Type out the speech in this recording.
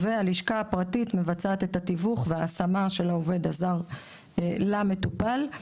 והלשכה הפרטית מבצעת את התיווך ואת ההשמה של העובד הזר עבור המטופל.